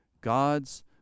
God's